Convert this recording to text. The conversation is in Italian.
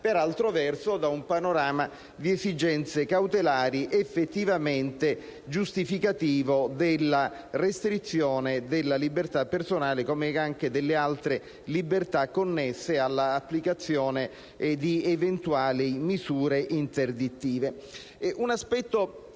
per altro verso, da un panorama di esigenze cautelari effettivamente giustificativo della restrizione della libertà personale, come anche delle altre libertà connesse alla applicazione di eventuali misure interdittive.